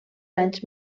anys